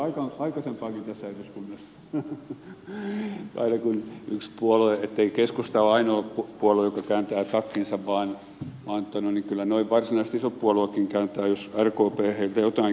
tämä on ollut kielipolitiikkaa aikaisemminkin tässä eduskunnassa ei keskusta ole ainoa puolue joka kääntää takkinsa vaan kyllä nuo varsinaiset isot puolueetkin kääntävät jos rkp heiltä jotain kysyy